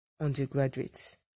undergraduates